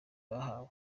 bahawe